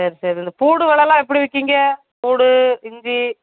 சரி சரி இந்த பூண்டு வெலைலாம் எப்படி விற்கீங்க பூண்டு இஞ்சி